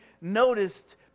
noticed